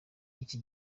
iki